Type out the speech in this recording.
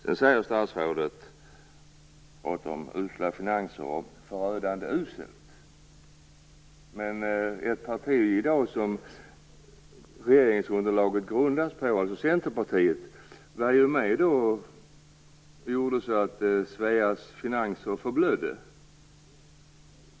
Statsrådet talar om usla finanser och om ett förödande uselt resultat. Men det parti som dagens regeringsunderlag grundas på, alltså Centerpartiet, var ju med om göra så att Moder Sveas finanser förblödde.